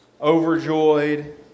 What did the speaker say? overjoyed